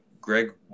Greg